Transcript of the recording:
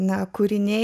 ne kūriniai